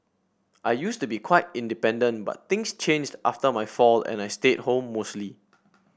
I used to be quite independent but things changed after my fall and I stayed at home mostly